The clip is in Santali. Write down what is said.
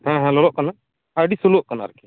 ᱦᱮᱸ ᱦᱮᱸ ᱞᱚᱞᱚᱜ ᱠᱟᱱᱟ ᱟᱹᱰᱤ ᱥᱞᱳᱜ ᱠᱟᱱᱟ ᱟᱨᱠᱤ